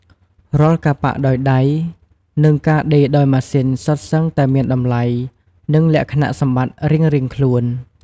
រាល់ការប៉ាក់ដោយដៃ និងការដេរដោយម៉ាស៊ីនសុទ្ធសឹងតែមានតម្លៃ និងលក្ខណៈសម្បត្តិរៀងៗខ្លួន។